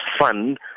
fund